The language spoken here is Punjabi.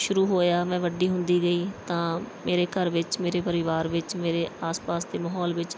ਸ਼ੁਰੂ ਹੋਇਆ ਮੈਂ ਵੱਡੀ ਹੁੰਦੀ ਗਈ ਤਾਂ ਮੇਰੇ ਘਰ ਵਿੱਚ ਮੇਰੇ ਪਰਿਵਾਰ ਵਿੱਚ ਮੇਰੇ ਆਸ ਪਾਸ ਦੇ ਮਾਹੌਲ ਵਿੱਚ